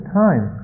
time